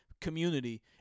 community